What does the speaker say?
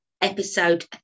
episode